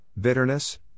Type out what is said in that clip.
bitterness